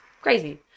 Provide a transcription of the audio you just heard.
crazy